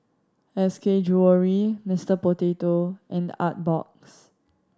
S K Jewellery Mister Potato and Artbox